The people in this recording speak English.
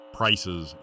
prices